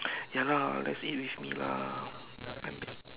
ya lah let's eat with me lah I'm